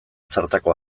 zartakoa